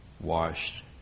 washed